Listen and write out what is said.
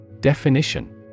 Definition